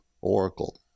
Oracle